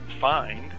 find